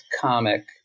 comic